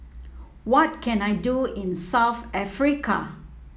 what can I do in South Africa